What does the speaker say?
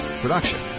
production